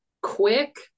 quick